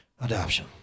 Adoption